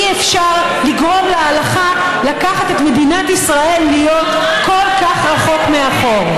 אי-אפשר לגרום להלכה לקחת את מדינת ישראל להיות כל כך רחוק מאחור.